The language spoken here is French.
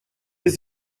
les